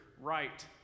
right